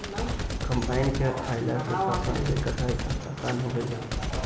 combine के आइला से फसल के कटाई अब आसान हो गईल बाटे